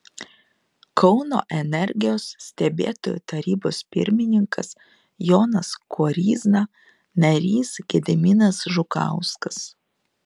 kauno energijos stebėtojų tarybos pirmininkas jonas koryzna narys gediminas žukauskas